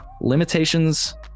limitations